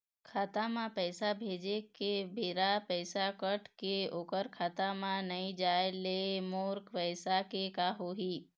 खाता म पैसा भेजे के बेरा पैसा कट के ओकर खाता म नई जाय ले मोर पैसा के का होही?